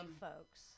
folks